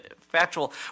factual